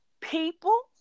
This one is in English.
people